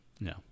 No